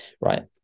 Right